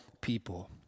people